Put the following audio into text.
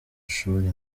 ishuri